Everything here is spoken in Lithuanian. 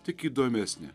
tik įdomesnė